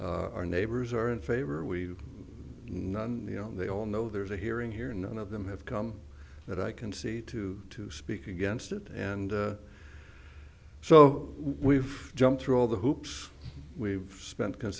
our neighbors are in favor we none you know they all know there's a hearing here and none of them have come that i can see to to speak against it and so we've jumped through all the hoops we've spent